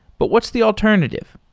but what's the alternative?